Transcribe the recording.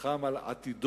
נלחם על עתידו,